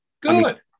Good